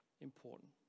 important